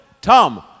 Tom